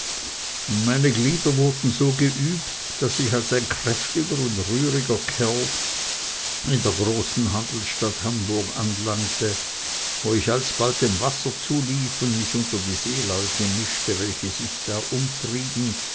und meine glieder wurden so geübt daß ich als ein kräftiger und rühriger kerl in der großen handelsstadt hamburg anlangte wo ich alsbald dem wasser zulief und mich unter die seeleute mischte welche sich da umtrieben